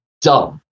dumb